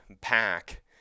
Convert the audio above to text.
pack